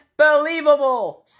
unbelievable